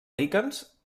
líquens